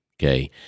okay